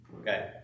Okay